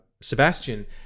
Sebastian